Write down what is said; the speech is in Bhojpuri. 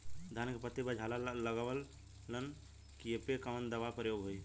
धान के पत्ती पर झाला लगववलन कियेपे कवन दवा प्रयोग होई?